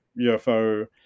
UFO